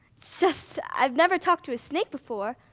just i've never talked to a snake before.